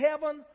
heaven